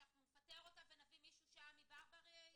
שאנחנו נפטר אותה ונביא מישהו שעמי ברבר החליט?